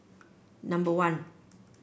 number one